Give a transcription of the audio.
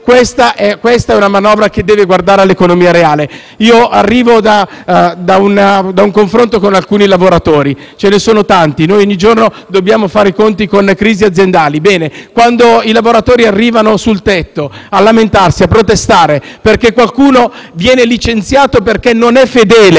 la manovra deve guardare all'economia reale. Arrivo da un confronto con alcuni lavoratori, ce ne sono tanti e ogni giorno facciamo i conti con crisi aziendali. Quando i lavoratori arrivano sul tetto, a lamentarsi e protestare perché qualcuno viene licenziato perché non è fedele